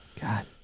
God